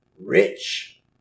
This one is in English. rich